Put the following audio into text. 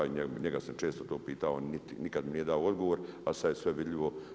Njega sam često to pitao, nikad mi nije dao odgovor, a sad je sve vidljivo.